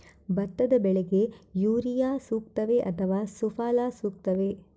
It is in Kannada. ಭತ್ತದ ಬೆಳೆಗೆ ಯೂರಿಯಾ ಸೂಕ್ತವೇ ಅಥವಾ ಸುಫಲ ಸೂಕ್ತವೇ?